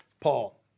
Paul